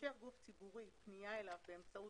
אפשר גוף ציבורי פנייה אליו באמצעות